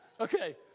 okay